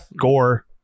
gore